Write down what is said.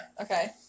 Okay